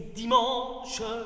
dimanche